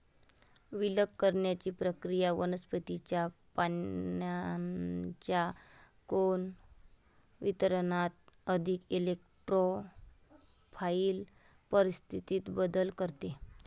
विलग करण्याची प्रक्रिया वनस्पतीच्या पानांच्या कोन वितरणात अधिक इरेक्टोफाइल परिस्थितीत बदल करते